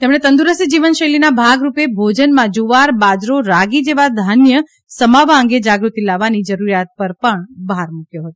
તેમણે તંદુરસ્ત જીવનશૈલીના ભાગરૂપે ભોજનમાં જીવાર બાજરો રાગી જેવા ધાન્ય સમાવવા અંગે જાગૃતિ લાવવાની જરૂરિયાત પર ભાર મૂક્વો હતો